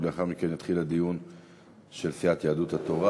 לאחר מכן יתחיל הדיון של סיעת יהדות התורה.